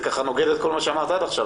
מה שאמרת עד עכשיו.